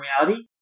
Reality